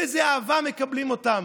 באיזו אהבה מקבלים אותם,